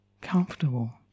Comfortable